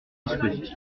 dispositif